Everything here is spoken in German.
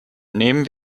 nehmen